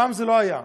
פעם זה לא היה,